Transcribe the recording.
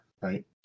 right